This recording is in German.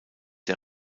der